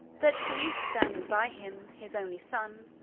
that the youth standing by him, his only son,